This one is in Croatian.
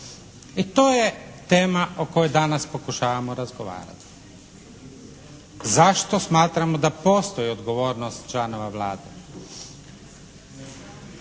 I to je tema o kojoj danas pokušavamo razgovarati. Zašto smatramo da postoji odgovornost članova Vlade?